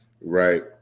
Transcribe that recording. right